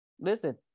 listen